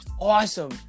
awesome